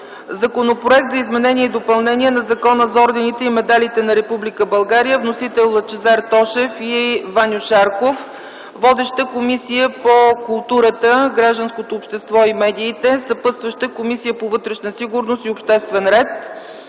Законопроект за изменение и допълнение на Закона за ордените и медалите на Република България. Вносители са Лъчезар Тошев и Ваньо Шарков. Водеща е Комисията по културата, гражданското общество и медиите, съпътстваща е Комисията по вътрешна сигурност и обществен ред.